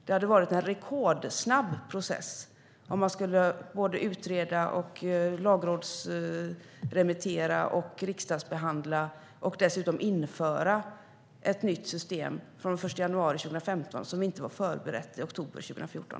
Det hade varit en rekordsnabb process om det skulle utredas, lagrådsremitteras, riksdagsbehandlas och dessutom införas ett nytt system från den 1 januari 2015 när det inte var förberett i oktober 2014.